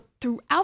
throughout